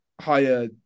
higher